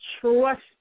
Trust